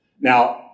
Now